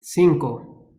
cinco